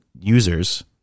users